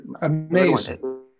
amazing